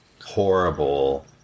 horrible